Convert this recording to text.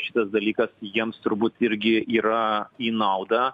šitas dalykas jiems turbūt irgi yra į naudą